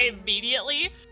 immediately